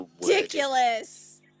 ridiculous